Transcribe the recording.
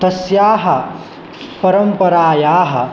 तस्याः परम्परायाः